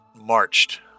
marched